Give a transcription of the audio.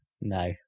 no